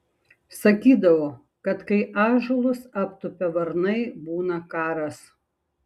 sakydavo kad kai ąžuolus aptupia varnai būna karas